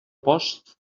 post